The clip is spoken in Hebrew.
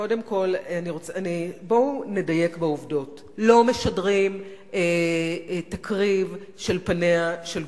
קודם כול בואו נדייק בעובדות: לא משדרים תקריב של פניה של גופה.